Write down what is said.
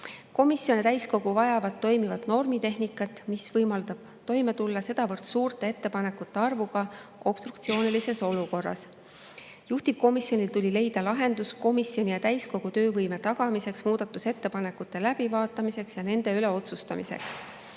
Komisjon ja täiskogu vajavad toimivat normitehnikat, mis võimaldab toime tulla sedavõrd suure ettepanekute arvuga obstruktsioonilises olukorras. Juhtivkomisjonil tuli leida lahendus komisjoni ja täiskogu töövõime tagamiseks, muudatusettepanekute läbivaatamiseks ja nende üle otsustamiseks.